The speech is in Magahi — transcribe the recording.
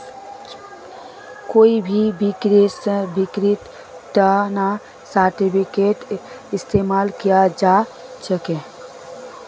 कोई भी निवेशेर बिक्रीर तना शार्ट वित्तेर इस्तेमाल कियाल जा छेक